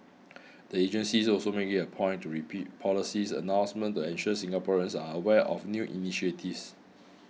the agencies also make it a point repeat policy announcements to ensure Singaporeans are aware of new initiatives